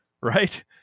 right